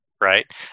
right